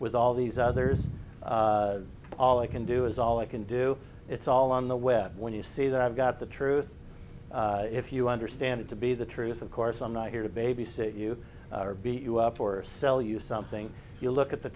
with all these others all i can do is all i can do it's all on the web when you see that i've got the truth if you understand it to be the truth of course i'm not here to babysit you or beat you up or sell you something if you look at the